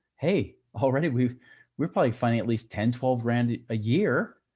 hey, already. we were probably funding at least ten, twelve grand a year.